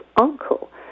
uncle